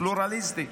פלורליסטי,